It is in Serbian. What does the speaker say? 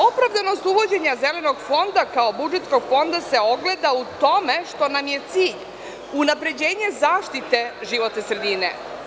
Opravdanost uvođenja Zelenog fonda, kao budžetskog fonda se ogleda u tome što nam je cilj unapređenje zaštite životne sredine.